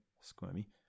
Squirmy